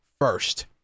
first